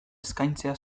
eskaintzea